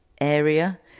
area